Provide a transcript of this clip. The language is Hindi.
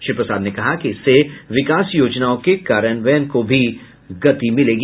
श्री प्रसाद ने कहा कि इससे विकास योजनाओं के कार्यान्वय को भी गति मिलेगी